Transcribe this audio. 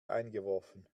eingeworfen